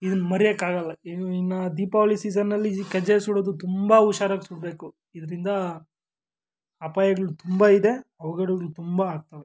ಇದನ್ನ ಮರೆಯೋಕ್ಕಾಗಲ್ಲ ಇನ್ನು ದೀಪಾವಳಿ ಸೀಸನ್ನಲ್ಲಿ ಈ ಕಜ್ಜಾಯ ಸುಡೋದು ತುಂಬ ಹುಷಾರಾಗ್ ಸುಡಬೇಕು ಇದರಿಂದ ಅಪಾಯಗ್ಳು ತುಂಬ ಇದೆ ಅವ್ಘಡಗ್ಳು ತುಂಬ ಆಗ್ತವೆ